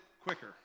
quicker